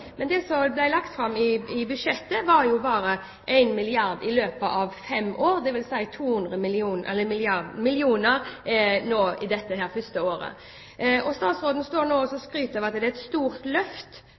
men det som ble lagt fram i budsjettet, var jo bare 1 milliard kr i løpet av fem år, dvs. 200 mill. kr i dette første året. Statsråden står nå